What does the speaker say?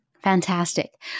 Fantastic